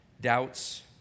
Doubts